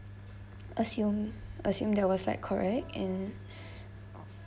assume assume there was like correct and